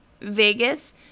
vegas